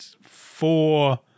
four